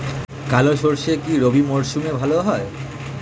কালো সরষে কি রবি মরশুমে ভালো হয়?